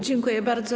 Dziękuję bardzo.